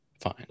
fine